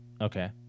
Okay